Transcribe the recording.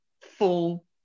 full